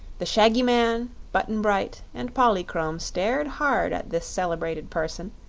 the shaggy man, button-bright, and polychrome stared hard at this celebrated person,